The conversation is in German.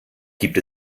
gibt